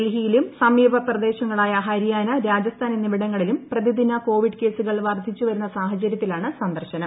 ഡൽഹിയിലും സമീപപ്രദേശങ്ങളായ ഹരിയാന രാജസ്ഥാൻ എന്നിവിടങ്ങളില്ചും പ്രതിദിന കോവിഡ് കേസുകൾ വർധിച്ചുവരുന്ന സാഹചര്യത്തിലാണ് സന്ദർശനം